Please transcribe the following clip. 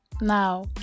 now